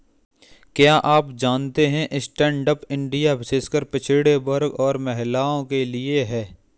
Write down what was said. क्या आप जानते है स्टैंडअप इंडिया विशेषकर पिछड़े वर्ग और महिलाओं के लिए है?